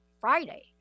Friday